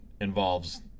involves